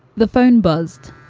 the phone buzzed,